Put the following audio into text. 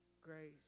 grace